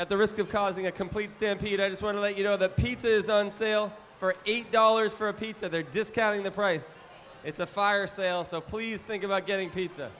at the risk of causing a complete stampede as one let you know the pizzas on sale for eight dollars for a pizza they're discounting the price it's a fire sale so please think about getting pizza